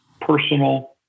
personal